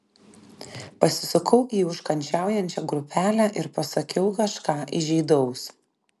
pasisukau į užkandžiaujančią grupelę ir pasakiau kažką įžeidaus